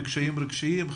קשיים רגשיים,